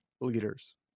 leaders